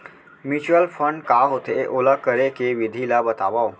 mutual fund का होथे, ओला करे के विधि ला बतावव